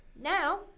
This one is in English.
now